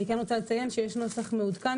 אני כן רוצה לציין שיש נוסח מעודכן